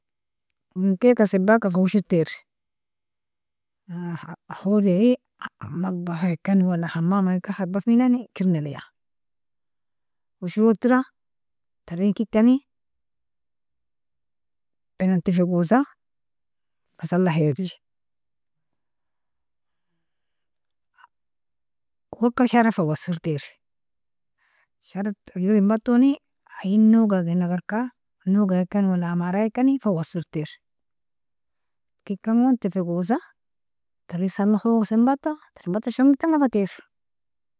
Awalinkelka sebaka fa ushirtir, hodie matbakhikani wala hamamaikan kharbafinani kirnelea, ushrotir tarinkekani tadan tifgosa fasalahel, awalka shara fawasfirter shara torjorin batoni ayin nog agenagarka nogakani wala amarakani fawasfirter kikangon tifgosa tarin salahosin bata tarin bata shongertanga fatir.